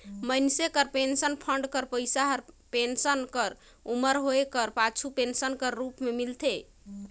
मइनसे कर pension fund कर पइसा हर पेंसन कर उमर होए कर पाछू पेंसन कर रूप में मिलथे